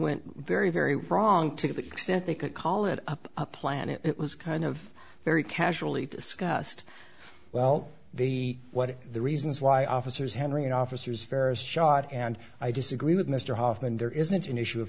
went very very wrong to the extent they could call it up a plan it was kind of very casually discussed well the what the reasons why officers henry and officers faris shot and i disagree with mr hoffman there isn't an issue